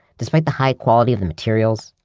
despite the high quality of the materials,